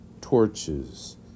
torches